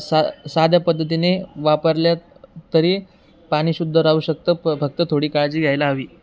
सा साध्या पद्धतीने वापरल्या तरी पाणी शुद्ध राहू शकत फ फक्त थोडी काळजी घ्यायला हवी